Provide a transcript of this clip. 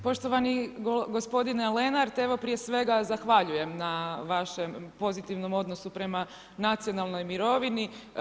Poštovani gospodine Lenart, evo prije svega zahvaljujem na vašem pozitivnom odnosu prema nacionalnoj mirovini.